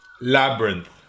Labyrinth